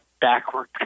backward